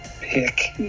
pick